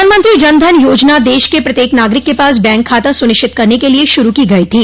प्रधानमंत्री जन धन योजना देश के प्रत्येक नागरिक के पास बैंक खाता सुनिश्चित करन के लिए शुरू की गई थी